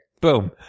boom